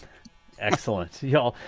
excellent. yeah all